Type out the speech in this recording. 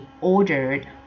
ordered